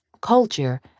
culture